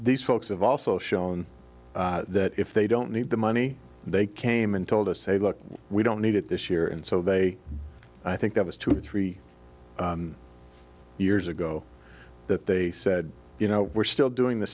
these folks have also shown that if they don't need the money they came and told us a look we don't need it this year and so they i think that was two or three years ago that they said you know we're still doing the